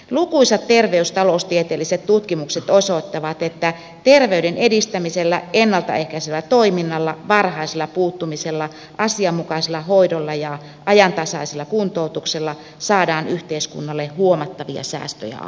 lukuisat terveys ja taloustieteelliset tutkimukset osoittavat että terveyden edistämisellä ennalta ehkäisevällä toiminnalla varhaisella puuttumisella asianmukaisella hoidolla ja ajantasaisella kuntoutuksella saadaan yhteiskunnalle huomattavia säästöjä aikaan